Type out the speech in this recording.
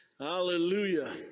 hallelujah